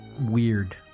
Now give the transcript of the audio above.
weird